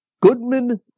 Goodman